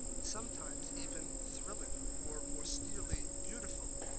sometimes even thrilling or austerely beautiful.